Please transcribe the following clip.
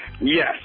Yes